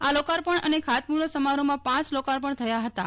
આ લોકાર્પણ અને ખાતમુહૂર્ત સમારોહમાં પાંચ લોકાર્પણ થયા હતાં